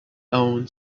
owned